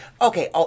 Okay